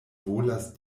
volas